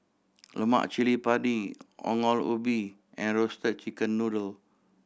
lemak cili padi Ongol Ubi and Roasted Chicken Noodle